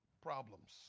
problems